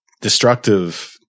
destructive